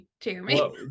Jeremy